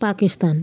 Pakistan